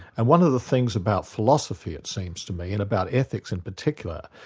and one of the things about philosophy it seems to me, and about ethics in particular,